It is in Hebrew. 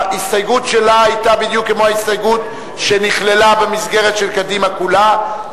ההסתייגות שלה היתה בדיוק כמו ההסתייגות שנכללה במסגרת של קדימה כולה,